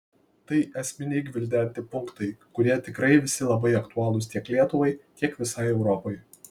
tai esminiai gvildenti punktai kurie tikrai visi labai aktualūs tiek lietuvai tiek visai europai